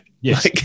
Yes